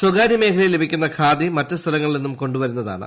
സ്വകാര്യ മേഖലയിൽ ലഭിക്കന്ന ഖാദി മറ്റ് സ്ഥലങ്ങളിൽ നിന്നും കൊണ്ടുവരുന്നതാണ്